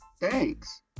Thanks